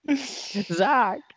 Zach